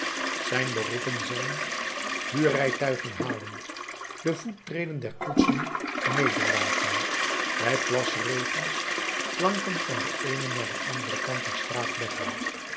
zijn beroepen zijn huurrijtuigen halen de voettreden der koetsen nederlaten bij plasregens planken van den eenen naar den anderen kant der straat leggen